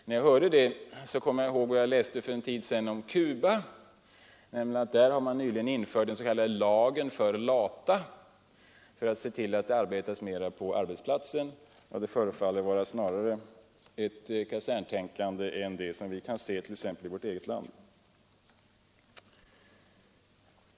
När jag hörde det, kom jag ihåg vad jag läste för en tid sedan om Cuba, nämligen att där har nyligen införts den s.k. lagen för lata för att se till att det arbetas mera på arbetsplatserna, Det förefaller snarare vara ett kaserntänkande än det som vi kan se t.ex. i vårt eget land.